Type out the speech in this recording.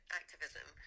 activism